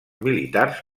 militars